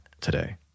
today